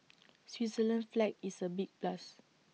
Switzerland's flag is A big plus